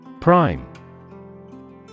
Prime